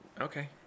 Okay